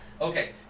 okay